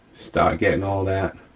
start again all that.